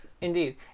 indeed